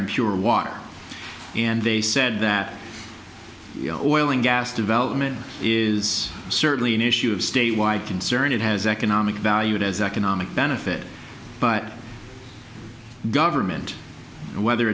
and pure water and they said that oil and gas development is certainly an issue of statewide concern it has economic value it as economic benefit but government whether